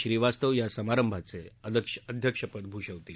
श्रीवास्तव या समारंभाचा अध्यक्षपद भूषवतील